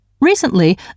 Recently